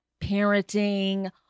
parenting